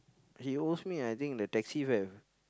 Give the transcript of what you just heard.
he owes me I think the taxi fare